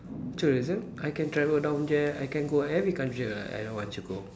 tourism I can travel down there I can go every country that I I want to go